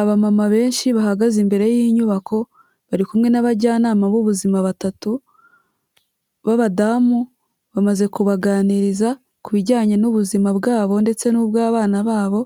Abamama benshi bahagaze imbere y'inyubako, bari kumwe n'abajyanama b'ubuzima batatu b'abadamu, bamaze kubaganiriza ku bijyanye n'ubuzima bwabo ndetse n'ubw'abana babo